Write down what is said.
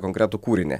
konkretų kūrinį